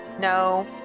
No